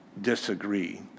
disagree